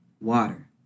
water